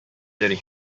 йөри